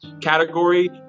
category